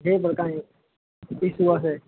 જે બધાએ ઇચ્છ્યું હશે